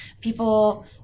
people